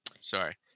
Sorry